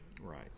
right